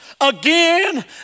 Again